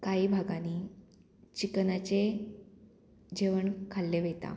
कांय भागांनी चिकनाचे जेवण खाल्ले वयता